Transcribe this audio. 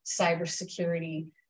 cybersecurity